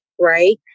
right